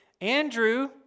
Andrew